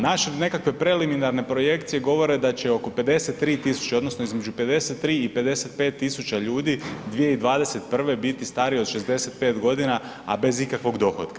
Naše nekakve preliminarne projekcije govore da će oko 53.000 odnosno između 53 i 55 tisuća ljudi 2021. biti stariji od 65 godina, a bez ikakvog dohotka.